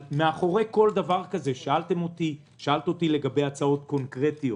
שאלת אותי לגבי הצעות קונקרטיות.